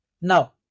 Now